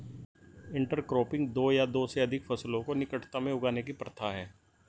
intercropping दो या दो से अधिक फसलों को निकटता में उगाने की प्रथा है